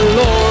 Lord